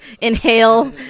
inhale